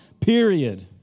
period